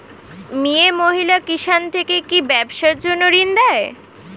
মিয়ে মহিলা কিষান থেকে কি ব্যবসার জন্য ঋন দেয়?